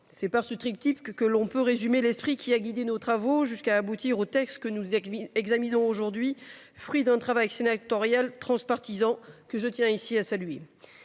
C'est par ce truc type que que l'on peut résumer l'esprit qui a guidé nos travaux jusqu'à aboutir au texte que nous y a examineront aujourd'hui. Fruit d'un travail sénatorial transpartisan que je tiens ici à saluer.